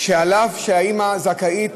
שאף שהאימא זכאית